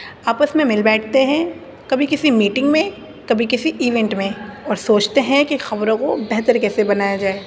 آپس میں مل بیٹھتے ہیں کبھی کسی میٹنگ میں کبھی کسی ایونٹ میں اور سوچتے ہیں کہ خبروں کو بہتر کیسے بنایا جائے